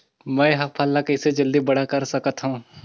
मैं ह फल ला कइसे जल्दी बड़ा कर सकत हव?